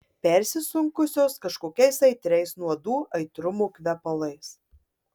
persisunkusios kažkokiais aitriais nuodų aitrumo kvepalais